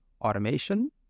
automation